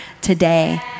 today